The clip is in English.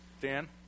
Dan